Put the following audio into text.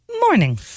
Morning